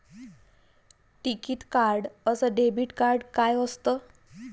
टिकीत कार्ड अस debit card काय असत?